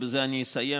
ובזה אני אסיים,